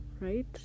right